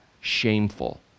shameful